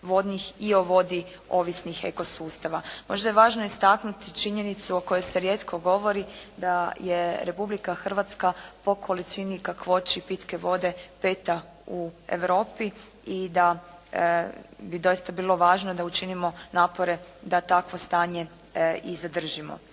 i o vodi ovisnih eko sustava. Možda je važno istaknuti činjenicu o kojoj se rijetko govori da je Republika Hrvatska po količini i kakvoći pitke vode peta u Europi i da bi doista bilo važno da učinimo napore da takvo stanje i zadržimo.